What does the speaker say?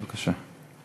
בבקשה.